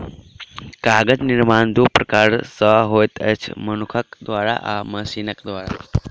कागज निर्माण दू प्रकार सॅ होइत अछि, मनुखक द्वारा आ मशीनक द्वारा